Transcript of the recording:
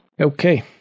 Okay